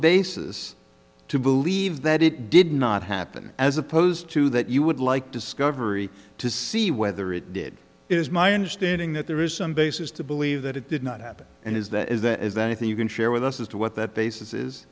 basis to believe that it did not happen as opposed to that you would like discovery to see whether it did it is my understanding that there is some basis to believe that it did not happen and is that if there is anything you can share with us as to what that basis is